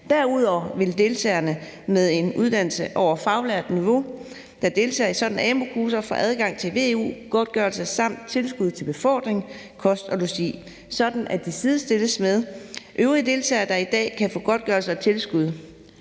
Derudover vil deltagere med en uddannelse over faglært niveau, der deltager i sådanne amu-kurser, få adgang til veu-godtgørelse samt tilskud til befordring, kost og logi, sådan at de sidestilles med øvrige deltagere, der i dag kan få godtgørelse og tilskud.